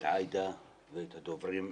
את עאידה ואת הדוברים לפניי.